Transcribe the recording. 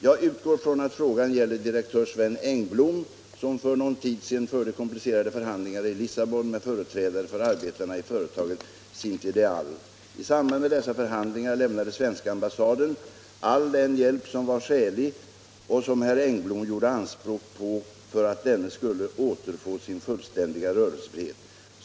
Jag utgår från att frågan gäller direktör Sven Engblora, som för någon tid sedan förde komplicerade förhandlingar i Lissabon med företrädare för arbetarna i företaget Cintideal. I samband med dessa förhandlingar lämnade svenska ambassaden all den hjälp som var skälig och som herr Engblom gjorde anspråk på för att denne skulle återfå sin fullständiga rörelsefrihet.